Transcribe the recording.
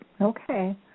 Okay